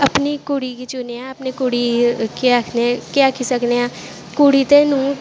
अपनी कुड़ी गी चुनेंआ ऐं केह् आक्खी सकनें आं कुड़ी ते नूंह्